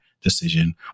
decision